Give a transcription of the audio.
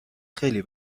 خیلی